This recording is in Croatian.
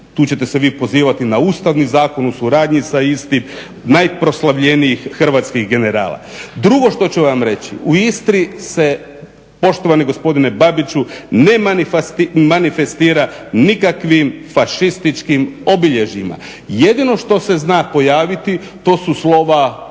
tu ćete se vi pozivati na Ustavni zakon o suradnji sa istim, najproslavljenijih hrvatskih generala. Drugo što ću vam reći, u Istri se, poštovani gospodine Babiću, ne manifestira nikakvim fašističkim obilježjima. Jedino što se zna pojaviti to su slova U